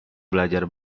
belajar